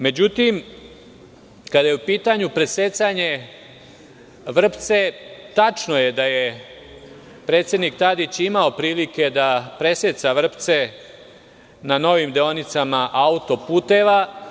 Međutim, kada je u pitanju presecanje vrpce tačno je da je predsednik Tadić imao prilike da preseca vrpce na novim deonicama auto puteva.